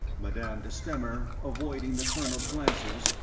madame de stamer, avoiding the colonel's glances,